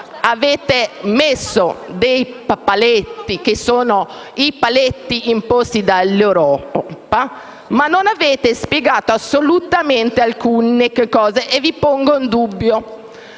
Avete messo dei paletti, che sono i paletti imposti dall'Europa, ma non avete assolutamente spiegato alcune cose e vi sottopongo un dubbio: